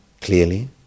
clearly